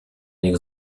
nich